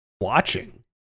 watching